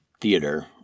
theater